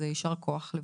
אז יישר כוח לבנה.